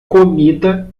comida